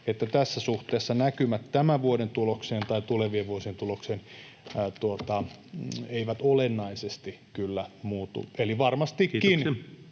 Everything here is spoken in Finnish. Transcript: että tässä suhteessa näkymät tämän vuoden tulokseen tai tulevien vuosien tulokseen eivät olennaisesti kyllä muutu. Eli varmastikin